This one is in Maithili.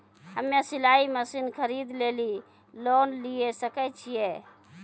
हम्मे सिलाई मसीन खरीदे लेली लोन लिये सकय छियै?